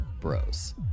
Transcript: bros